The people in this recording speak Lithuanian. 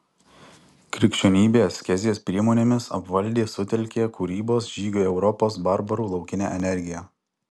krikščionybė askezės priemonėmis apvaldė sutelkė kūrybos žygiui europos barbarų laukinę energiją